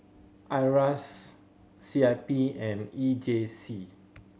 IRAS C I P and E J C